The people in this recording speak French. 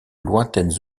lointaines